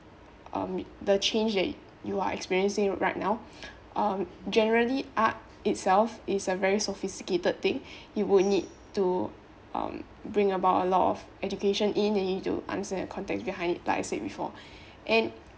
um the change that you are experiencing right now um generally art itself is a very sophisticated thing you would need to um bring about a lot of education in and you need to answer the context behind like I said before and